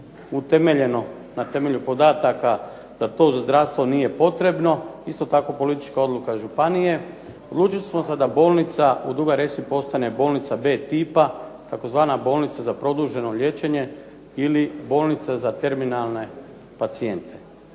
utemeljeno, na temelju podataka da to zdravstvo nije potrebna, isto tako politička odluka županije, odlučili smo se da bolnica u Dugoj Resi postane bolnica B tipa, tzv. bolnica za produženo liječenje ili bolnica za terminalne pacijente.